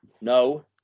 No